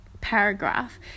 paragraph